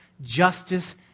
Justice